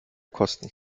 kosten